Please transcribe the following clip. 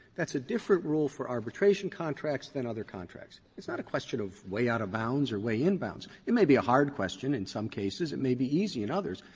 that's a different rule for arbitration contracts than other contracts. it's not a question of way out of bounds or way in bounds. it may be a hard question in some cases it may be easy in others.